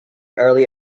early